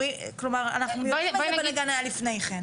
כלומר אנחנו רואים איזה בלאגן היה לפני כן.